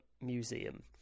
museum